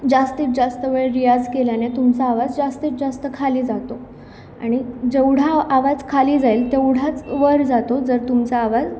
जास्तीत जास्त वेळ रियाज केल्याने तुमचा आवाज जास्तीत जास्त खाली जातो आणि जेवढा आवाज खाली जाईल तेवढाच वर जातो जर तुमचा आवाज